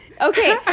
Okay